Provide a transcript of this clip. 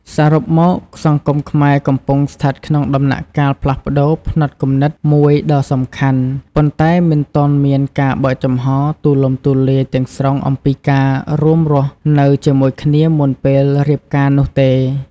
សរុបមក សង្គមខ្មែរកំពុងស្ថិតក្នុងដំណាក់កាលផ្លាស់ប្តូរផ្នត់គំនិតមួយដ៏សំខាន់ ប៉ុន្តែមិនទាន់មានការបើកចំហរទូលំទូលាយទាំងស្រុងអំពីការរួមរស់នៅជាមួយគ្នាមុនពេលរៀបការនោះទេ។